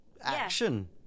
action